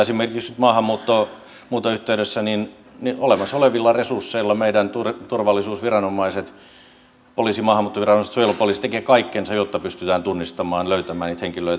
esimerkiksi maahanmuuton yhteydessä olemassa olevilla resursseilla meidän turvallisuusviranomaisemme poliisi maahanmuuttoviranomaiset suojelupoliisi tekevät kaikkensa jotta pystytään tunnistamaan löytämään niitä henkilöitä